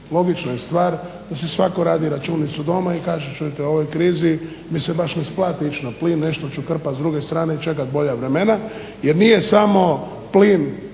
logična je stvar da si svatko radi računicu doma i kaže čujte u ovoj krizi mi se baš ne isplati ići na plin, nešto ću krpat s druge strane i čekati bolja vremena jer nije samo plin